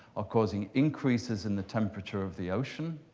are causing increases in the temperature of the ocean.